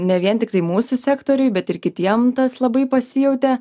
ne vien tiktai mūsų sektoriui bet ir kitiem tas labai pasijautė